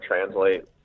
translate